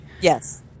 Yes